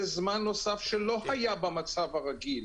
זה זמן נוסף שלא היה במצב הרגיל.